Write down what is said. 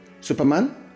Superman